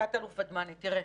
תת אלוף ודמני, תראה,